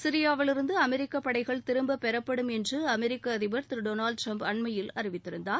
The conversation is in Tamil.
சிரியாவிலிருந்து அமெரிக்க படைகள் திரும்ப பெறப்படும் என்று அமெரிக்க அதிபர் திரு டெனால்டு டிரம்ப் அண்மையில் அறிவித்திருந்தார்